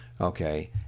Okay